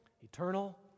eternal